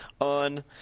on